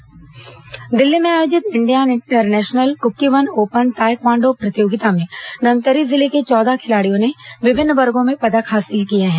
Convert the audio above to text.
taekwondo प्रतियोगिता दिल्ली में आयोजित India international Kukkiwon open taekwondo प्रतियोगिता में धमतरी जिले के चौदह खिलाड़ियों ने विभिन्न वर्गो में पदक हासिल किए हैं